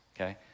okay